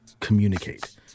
communicate